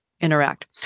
interact